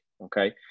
Okay